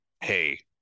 hey